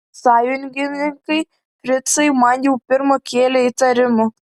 sąjungininkai fricai man jau pirma kėlė įtarimų